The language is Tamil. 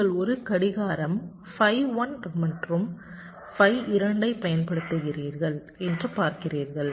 நீங்கள் ஒரு கடிகாரம் phi 1 மற்றும் phi 2 ஐப் பயன்படுத்துகிறீர்கள் என்று பார்க்கிறீர்கள்